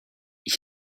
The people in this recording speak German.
ich